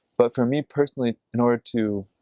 but for me personally in order to